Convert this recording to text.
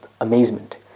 amazement